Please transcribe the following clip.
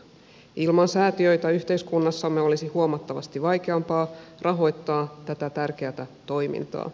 ilman säätiöitä yhteiskunnassamme olisi huomattavasti vaikeampaa rahoittaa tätä tärkeätä toimintaa